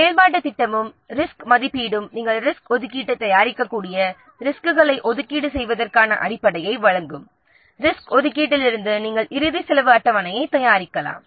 செயல்பாட்டுத் திட்டமும் ரிஸ்க் மதிப்பீடும் ரிசோர்ஸ் ஒதுக்கீட்டிற்கான ஆதாரங்களை ஒதுக்கீடு செய்வதற்கான அடிப்படையை வழங்கும் ரிசோர்ஸ் ஒதுக்கீட்டிலிருந்து நாம் இறுதி செலவு அட்டவணையைத் தயாரிக்கலாம்